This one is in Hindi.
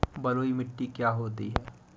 बलुइ मिट्टी क्या होती हैं?